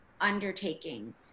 undertaking